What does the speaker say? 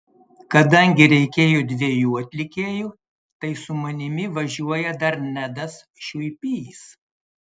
kadangi reikėjo dviejų atlikėjų tai su manimi važiuoja dar nedas šiuipys